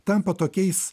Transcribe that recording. tampa tokiais